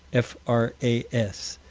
f r a s,